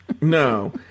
No